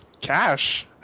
cash